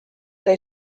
they